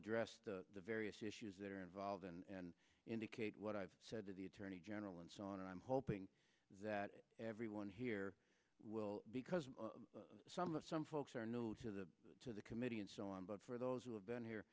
address the various issues that are involved and indicate what i've said to the attorney general and so on and i'm hoping that everyone here will because of some of some folks are new to the to the committee and so on but for those who have been here